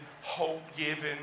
hope-giving